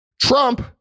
Trump